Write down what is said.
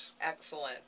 Excellent